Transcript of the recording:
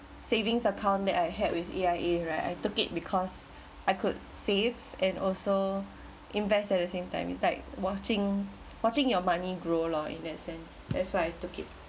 savings account that I had with A_I_A right I took it because I could save and also invest at the same time it's like watching watching your money grow loh in that sense that's why I took it